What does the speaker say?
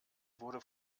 wurde